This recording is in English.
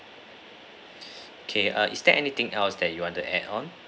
K ah is there anything else that you want to add on